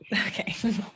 Okay